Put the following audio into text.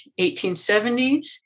1870s